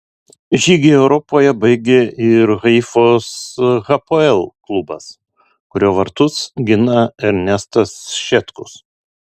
žygį europoje baigė ir haifos hapoel klubas kurio vartus gina ernestas šetkus